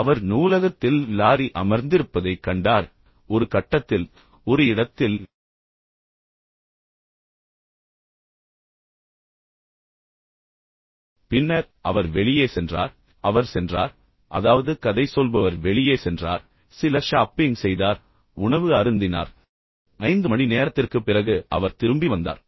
அவர் நூலகத்தில் லாரி அமர்ந்திருப்பதைக் கண்டார் ஒரு கட்டத்தில் ஒரு இடத்தில் பின்னர் அவர் வெளியே சென்றார் அவர் சென்றார் அதாவது கதை சொல்பவர் வெளியே சென்றார் சில ஷாப்பிங் செய்தார் உணவு அருந்தினார் ஐந்து மணி நேரத்திற்குப் பிறகு அவர் திரும்பி வந்தார்